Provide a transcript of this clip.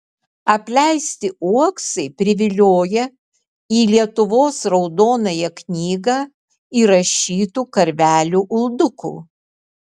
apleisti uoksai privilioja į lietuvos raudonąją knygą įrašytų karvelių uldukų